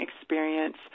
experience